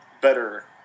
better